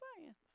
science